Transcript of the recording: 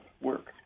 work